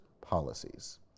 policies